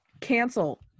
cancel